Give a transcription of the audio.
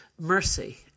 mercy